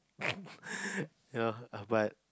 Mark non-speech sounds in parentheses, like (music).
(laughs) ya uh but